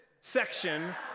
section